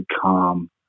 calm